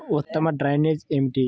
ఉత్తమ డ్రైనేజ్ ఏమిటి?